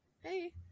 Hey